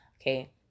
okay